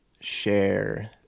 share